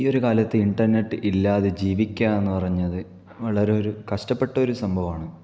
ഈ ഒരു കാലത്ത് ഇന്റർനെറ്റ് ഇല്ലാതെ ജീവിക്കുക എന്ന് പറയുന്നത് വളരെ ഒരു കഷ്ടപ്പെട്ട ഒരു സംഭവമാണ്